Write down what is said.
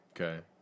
Okay